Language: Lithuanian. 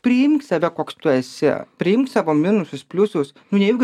priimk save koks tu esi priimk savo minusus pliusus nejaugi